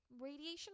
radiation